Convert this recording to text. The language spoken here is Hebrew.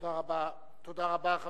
תודה רבה, תודה רבה.